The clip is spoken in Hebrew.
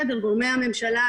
הכללי.